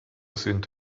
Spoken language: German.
sind